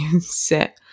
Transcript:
sit